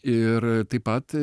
ir taip pat